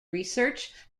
research